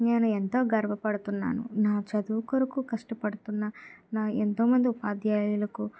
నేను ఎంతో గర్వపడుతున్నాను నా చదువు కొరకు కష్టపడుతున్న నా ఎంతో మంది ఉపాధ్యాయులకు అలాగే